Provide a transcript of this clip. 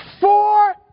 Four